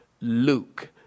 Luke